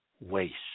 waste